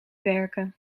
werken